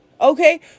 okay